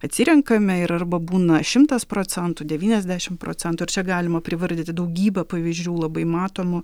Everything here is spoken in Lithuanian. atsirenkame ir arba būna šimtas procentų devyniasdešim procentų ir čia galima privardyti daugybę pavyzdžių labai matomų